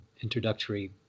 introductory